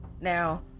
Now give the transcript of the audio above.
Now